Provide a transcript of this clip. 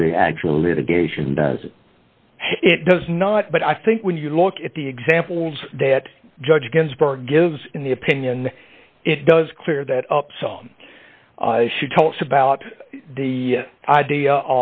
to the actual litigation does it does not but i think when you look at the examples that judge ginsburg gives in the opinion it does clear that up song she talks about the idea